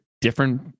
different